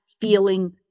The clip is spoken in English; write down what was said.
feeling